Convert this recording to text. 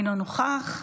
אינו נוכח,